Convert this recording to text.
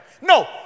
No